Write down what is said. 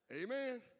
Amen